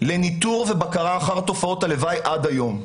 לניטור ובקרה אחר תופעות הלוואי עד היום.